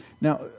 Now